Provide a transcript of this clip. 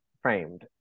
framed